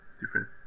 different